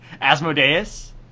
Asmodeus